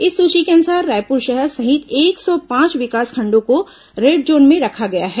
इस सूची के अनुसार रायपुर शहर सहित एक सौ पांच विकासखंडों को रेड जोन में रखा गया है